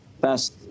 best